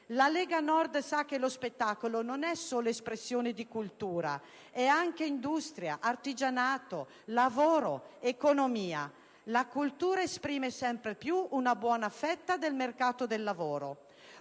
La Lega Nord sa che lo spettacolo non è solo espressione di cultura: è anche industria, artigianato, lavoro, economia. La cultura esprime sempre più una buona fetta del mercato del lavoro.